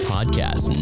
Podcast